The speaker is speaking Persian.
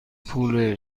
پول